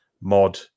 mod